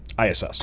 ISS